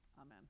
amen